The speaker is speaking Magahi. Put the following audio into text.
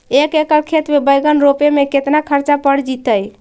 एक एकड़ खेत में बैंगन रोपे में केतना ख़र्चा पड़ जितै?